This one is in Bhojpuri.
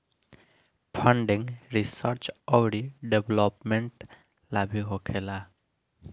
फंडिंग रिसर्च औरी डेवलपमेंट ला भी होखेला